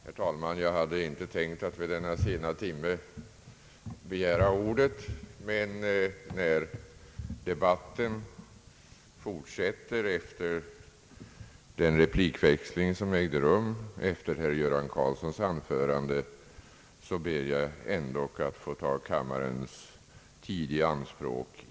Herr talman! Jag hade inte tänkt att begära ordet vid denna sena timme, men när debatten fortsätter efter den replikväxling som ägde rum efter herr Göran Karlssons anförande, ber jag ändock att få ta ungefär 60 sekunder av kammarens tid i anspråk.